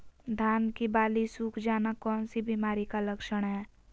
धान की बाली सुख जाना कौन सी बीमारी का लक्षण है?